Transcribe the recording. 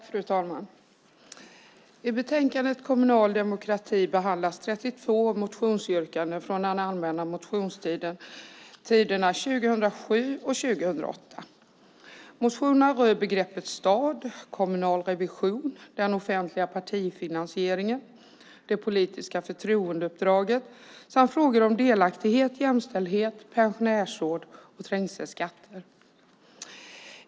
Fru talman! I betänkandet Kommunal demokrati behandlas 32 motionsyrkanden från de allmänna motionstiderna 2007 och 2008. Motionerna rör begreppet stad, kommunal revision, den offentliga partifinansieringen, det politiska förtroendeuppdraget och frågor om delaktighet, jämställdhet, pensionärsråd och trängselskatter.